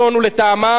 הוא לטעמם,